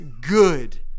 good